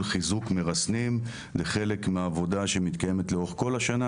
חיזוק מרסנים לחלק מהעבודה שמתקיימת לאורך כל השנה.